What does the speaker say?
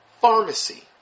pharmacy